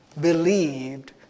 believed